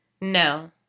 No